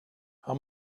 how